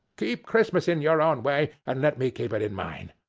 keep christmas in your own way, and let me keep it in mine.